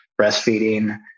breastfeeding